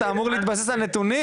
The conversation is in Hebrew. אתה אמור להתבסס על נתונים,